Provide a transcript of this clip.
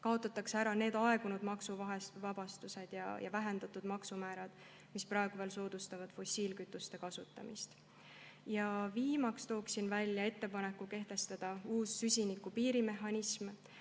kaotataks aegunud maksuvabastused ja vähendatud maksumäärad, mis praegu veel soodustavad fossiilkütuste kasutamist. Viimasena tooksin välja ettepaneku kehtestada uus süsinikupiiri mehhanism.